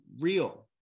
real